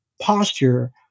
posture